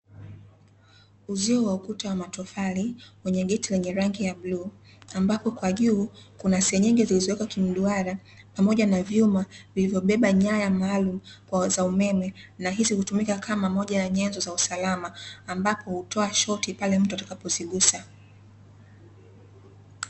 Uzio wa ukuta wa matofali wenye geti lenye rangi ya bluu, ambapo kwa juu kuna senyenge zilizowekwa kimduara pamoja na vyuma vilivyobeba nyaya maalumu za umeme, na hizi hutumika kama moja ya nyenzo za usalama ambapo hutoa shoti pale mtu atakapozigusa.